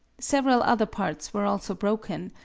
several other parts were also broken,